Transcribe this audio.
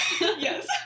Yes